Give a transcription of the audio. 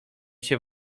się